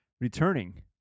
returning